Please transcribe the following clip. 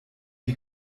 die